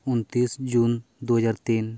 ᱩᱱᱛᱨᱤᱥ June ᱫᱩᱦᱟᱡᱟᱨ ᱛᱤᱱ